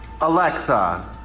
Alexa